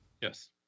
Yes